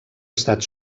estat